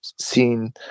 seen